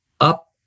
up